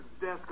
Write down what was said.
desk